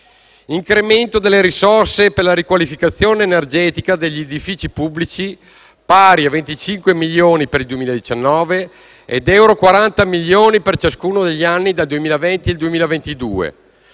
incremento delle risorse per la riqualificazione energetica degli edifici pubblici pari a 25 milioni di euro per il 2019 e 40 milioni di euro per ciascuno degli anni dal 2020 al 2022;